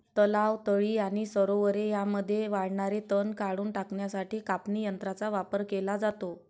तलाव, तळी आणि सरोवरे यांमध्ये वाढणारे तण काढून टाकण्यासाठी कापणी यंत्रांचा वापर केला जातो